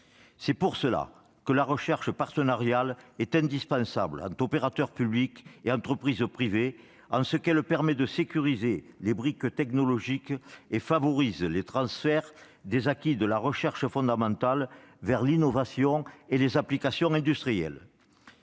des applications. La recherche partenariale est indispensable entre opérateurs publics et entreprises privées, en ce qu'elle permet de sécuriser des briques technologiques et de favoriser les transferts des acquis de la recherche fondamentale vers l'innovation et les applications industrielles.